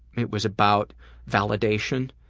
it was about validation.